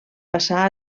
passar